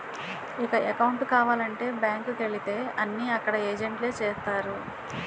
ఇక అకౌంటు కావాలంటే బ్యాంకు కు వెళితే అన్నీ అక్కడ ఏజెంట్లే చేస్తారు